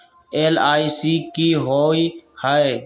LIC की होअ हई?